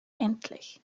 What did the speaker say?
endlich